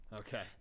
Okay